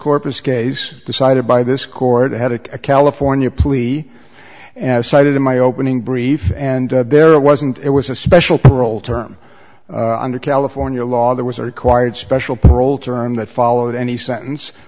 corpus case decided by this court had a california plea and i cited in my opening brief and there wasn't it was a special parole term under california law there was a required special parole term that followed any sentence